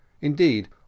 Indeed